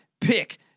pick